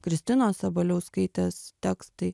kristinos sabaliauskaitės tekstai